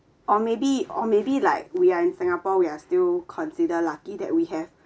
or maybe or maybe like we are in singapore we are still consider lucky that we have